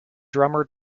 drummer